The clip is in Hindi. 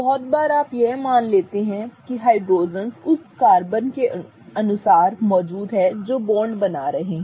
बहुत बार आप यह मान लेते हैं कि हाइड्रोजन्स उन कार्बन के अनुसार मौजूद हैं जो बॉन्ड बना रहे हैं